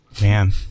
Man